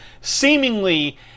seemingly